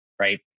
right